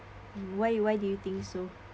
why you why do you think so